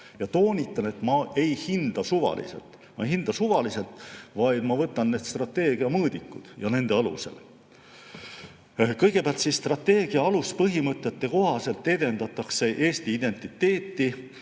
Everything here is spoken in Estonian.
Toonitan, et ma ei hinda suvaliselt. Ma ei hinda suvaliselt, vaid ma võtan need strateegia mõõdikud ja [hindan] nende alusel. Kõigepealt, strateegia aluspõhimõtete kohaselt edendatakse Eesti identiteeti,